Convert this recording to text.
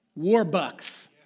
Warbucks